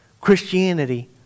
Christianity